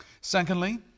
Secondly